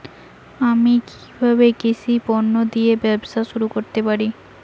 আমি কিভাবে কৃষি পণ্য দিয়ে ব্যবসা শুরু করতে পারি?